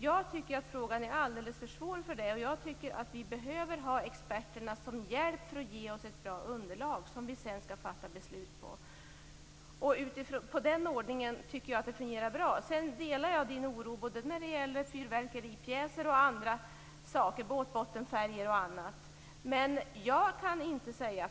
Jag tycker att frågan är alldeles för svår för det. Jag tycker att vi behöver ha experterna som hjälp. De måste ge oss ett bra underlag som vi sedan skall fatta beslut utifrån. Jag tycker att den ordningen fungerar bra. Jag delar Kia Andreassons oro både när det gäller fyrverkeripjäser och båtbottenfärger.